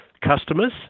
customers